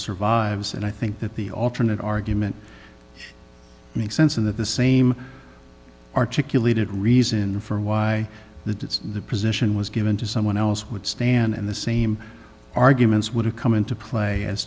survives and i think that the alternate argument makes sense in that the same articulated reason for why the did the position was given to someone else would stand in the same arguments would have come into play as